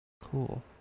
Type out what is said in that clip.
Cool